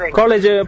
college